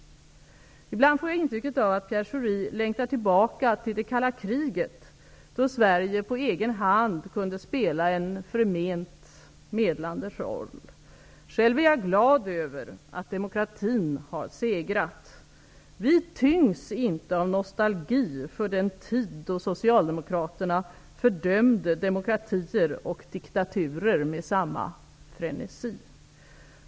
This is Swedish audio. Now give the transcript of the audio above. Ibland får jag intrycket av att Pierre Schori längtar tillbaka till det kalla kriget då Sverige på egen hand kunde spela en förment medlande roll. Själv är jag glad över att demokratin har segrat. Vi tyngs inte av nostalgi för den tid då socialdemokraterna fördömde demokratier och diktaturer med samma frenesi.